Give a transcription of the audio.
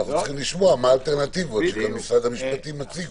אנחנו צריכים לשמוע מה האלטרנטיבות שמשרד המשפטים מציג.